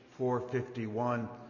451